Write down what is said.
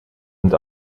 und